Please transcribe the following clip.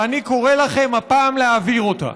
ואני קורא לכם הפעם להעביר אותה.